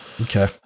Okay